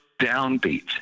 downbeat